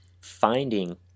finding